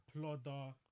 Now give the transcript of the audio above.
plodder